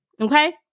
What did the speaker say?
okay